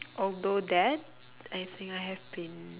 although that I think I have been